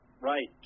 Right